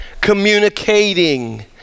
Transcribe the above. Communicating